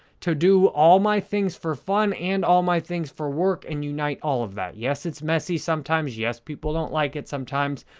to do all my things for fun and all my things for work and unite all of that. yes, it's messy sometimes. yes, people don't like it sometimes,